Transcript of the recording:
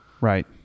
Right